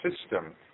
system